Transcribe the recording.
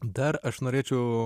dar aš norėčiau